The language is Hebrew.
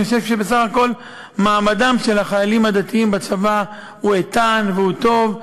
אני חושב שבסך הכול מעמדם של החיילים הדתיים בצבא הוא איתן והוא טוב,